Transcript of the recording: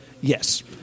Yes